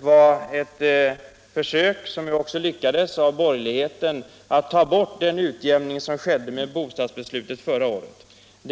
var ett försök — som också lyckades — av borgerligheten att ta bort den utjämning som bostadsbeslutet förra året åstadkom.